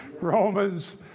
Romans